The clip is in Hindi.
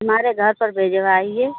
हमारे घर पर भिजवाइए